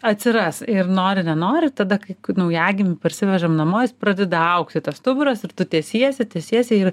atsiras ir nori nenori tada kai naujagimį parsivežam namo jis pradeda augti tas stuburas ir tu tęsėsi tęsėsi ir